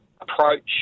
approach